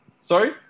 Sorry